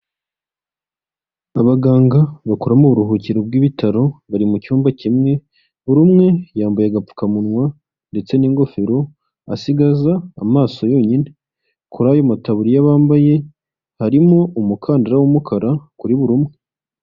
Abaganga bakora mu buruhukiro bw'ibitaro bari mu cyumba kimwe, buri umwe yambaye agapfukamunwa ndetse n'ingofero, asigaza amaso yonyine. Kuri ayo mataburiya bambaye harimo umukandara w'umukara kuri buri umwe.